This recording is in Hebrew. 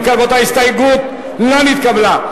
אם כן, רבותי, ההסתייגות לא נתקבלה.